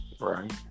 right